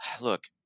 Look